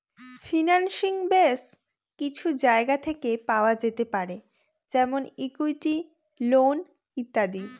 financing base কিছু জায়গা থেকে পাওয়া যেতে পারে যেমন ইকুইটি, লোন ইত্যাদি